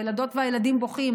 הילדות והילדים בוכים,